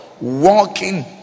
walking